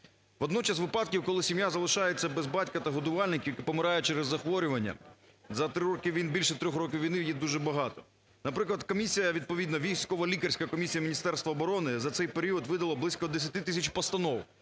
Водночас випадків, коли сім'я залишається без батька та годувальника, який помирає через захворювання, за три роки, більше трьох років війни є дуже багато. Наприклад, комісія, відповідна військово-лікарська комісія Міністерства оборони за цей період видала близько десяти тисяч постанов,